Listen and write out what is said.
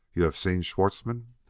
you have seen schwartzmann?